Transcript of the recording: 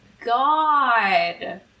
god